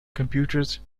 computers